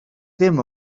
ddim